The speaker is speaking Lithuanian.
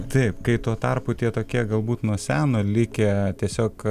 taip kai tuo tarpu tie tokie galbūt nuo seno likę tiesiog